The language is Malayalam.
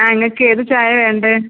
നിങ്ങൾക്ക് ഏത് ചായ ആണ് വേണ്ടത്